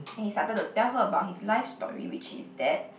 and he started to tell her about his life story which is that